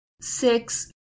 six